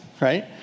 right